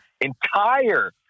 entire